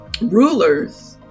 rulers